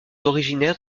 originaires